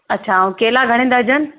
अच्छा ऐं केला घणे दर्जन